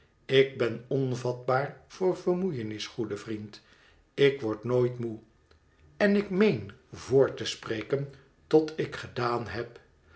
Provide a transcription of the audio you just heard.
ik ben onvatbaar voor vermoeienis goede vriend ik word nooit moe en ik meen voort te spreken tot ik gedaan heb